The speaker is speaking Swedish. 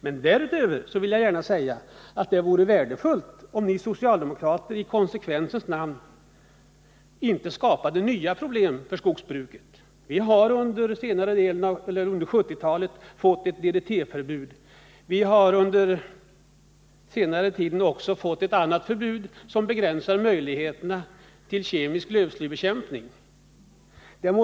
Men jag vill gärna säga att det vore värdefullt, om ni socialdemokrater i konsekvensens namn inte skapade nya problem för skogsbruket. Vi har under 1970-talet fått ett DDT-förbud och på senare tid ett förbud som begränsar möjligheterna till kemisk lövslybekämpning.